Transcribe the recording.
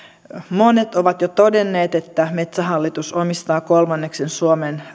monet ovat jo todenneet että metsähallitus omistaa kolmanneksen suomen